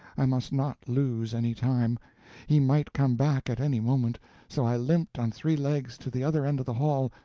i must not lose any time he might come back at any moment so i limped on three legs to the other end of the hall,